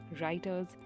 writers